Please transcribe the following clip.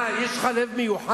מה, יש לך לב מיוחד?